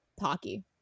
hockey